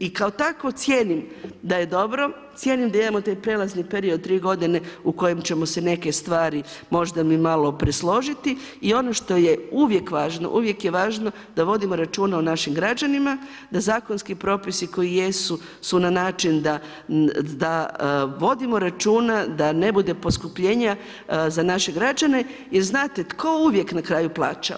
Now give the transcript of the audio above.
I kao tako cijenim da je dobro, cijenim da imamo taj prelazni period od 3g. u kojem ćemo se neke stvari, možda mi malo presložiti i ono što je uvijek važno, uvijek je važno da vodimo računa o našim građanima, da zakonski propisi koji jesu su na način da vodimo računa, da ne bude poskupljenja za naše građane, jer znate, tko uvijek na kraju plaća?